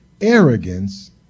Arrogance